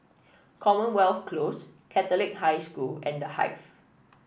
Commonwealth Close Catholic High School and The Hive